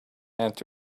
and